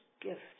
gift